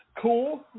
Cool